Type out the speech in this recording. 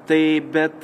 tai bet